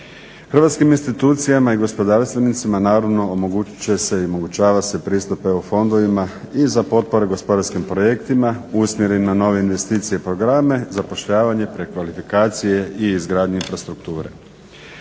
Hrvatskim institucijama i gospodarstvenicima naravno omogućit će se i omogućava se pristup EU fondovima i za potpore gospodarskim projektima usmjerenim na nove investicije i programe, zapošljavanje, prekvalifikacije i izgradnji infrastrukture.